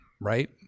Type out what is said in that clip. right